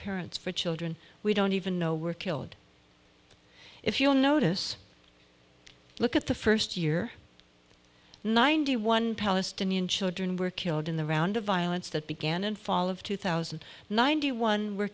parents for children we don't even know were killed if you'll notice look at the first year ninety one palestinian children were killed in the round of violence that began in fall of two thousand ninety one were